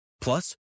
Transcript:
Plus